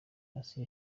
assia